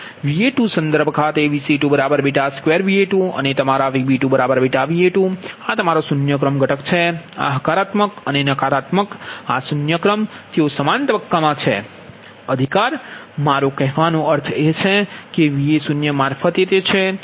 Va2 સંદર્ભ ખાતે Vc22Va2 અને તમારા Vb2βVa2 આ તમારી શૂન્ય ક્રમ છે આ હકારાત્મક અને નકારાત્મક આ શૂન્ય ક્રમ તેઓ સમાન તબક્કામાં છે અધિકાર મારો કહેવાનો અર્થ એ છે Va0 મારફતે તે છે